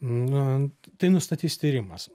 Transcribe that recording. nu tai nustatys tyrimas